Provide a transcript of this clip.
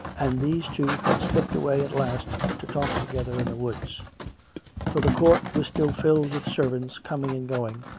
and these two had slipped away at last to talk together in the woods for the court was still filled with servants coming and going,